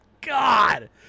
God